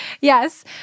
Yes